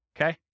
okay